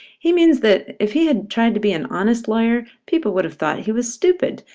he means that, if he had tried to be an honest lawyer, people would have thought he was stupid,